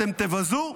אתם תבזו ותתבזו.